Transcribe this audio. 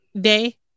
day